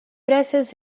presses